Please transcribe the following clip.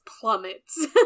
plummets